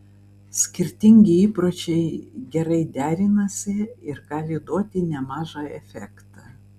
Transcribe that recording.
skirtingi įpročiai gerai derinasi ir gali duoti nemažą efektą